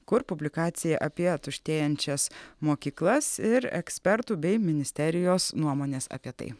kur publikacija apie tuštėjančias mokyklas ir ekspertų bei ministerijos nuomonės apie tai